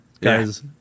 guys